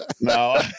No